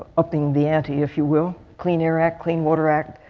upping the ante if you will, clean air act, clean water act,